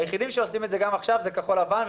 היחידים שעושים את זה גם עכשיו זה כחול לבן,